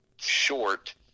short